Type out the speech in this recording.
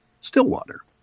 Stillwater